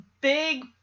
big